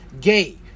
gay